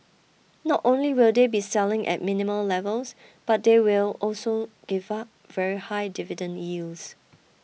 not only will they be selling at minimal levels but they will also give up very high dividend yields